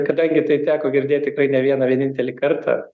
kadangi tai teko girdėt tikrai ne vieną vienintelį kartą